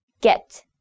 get